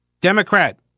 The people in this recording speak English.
Democrat